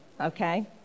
Okay